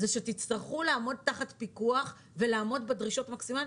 שתצטרכו לעמוד תחת פיקוח ולעמוד בדרישות מקסימליות.